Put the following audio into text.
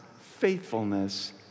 faithfulness